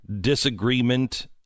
disagreement